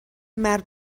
مرد